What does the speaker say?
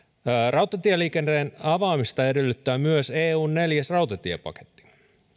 rautatieliikenteen avaamista edellyttää myös eun neljäs rautatiepaketti